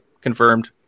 Confirmed